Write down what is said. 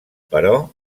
però